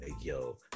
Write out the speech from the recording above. yo